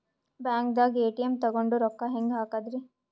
ಬ್ಯಾಂಕ್ದಾಗ ಎ.ಟಿ.ಎಂ ತಗೊಂಡ್ ರೊಕ್ಕ ಹೆಂಗ್ ಹಾಕದ್ರಿ?